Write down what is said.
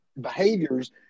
behaviors